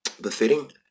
befitting